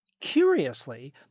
Curiously